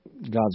God's